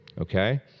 Okay